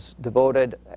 devoted